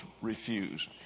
refuse